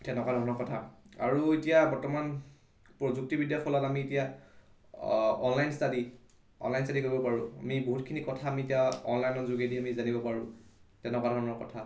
তেনেকুৱা ধৰণৰ কথা আৰু এতিয়া বৰ্তমান প্ৰযুক্তিবিদ্যাৰ ফলত আমি এতিয়া অনলাইন ষ্টাডী অনলাইন ষ্টাডী কৰিব পাৰোঁ আমি বহুতখিনি কথা আমি এতিয়া অনলাইনৰ যোগেদি আমি জানিব পাৰোঁ তেনেকুৱা ধৰণৰ কথা